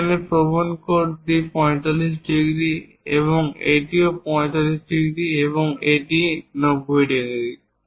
এখানে প্রবণ কোণটি 45 ডিগ্রি এবং এটিও 45 ডিগ্রি এবং এটি 90 ডিগ্রি